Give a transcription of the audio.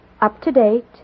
up-to-date